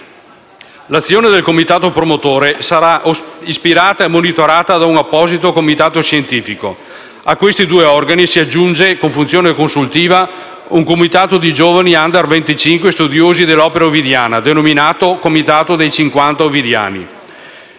L'azione del comitato promotore sarà ispirata e monitorata da un apposito comitato scientifico. A questi due organi si aggiunge, con funzione consultiva, un comitato di giovani *under* venticinque, studiosi dell'opera ovidiana, denominato «Comitato dei cinquanta